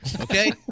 Okay